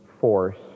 force